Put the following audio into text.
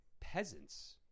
peasants